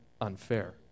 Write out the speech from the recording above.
unfair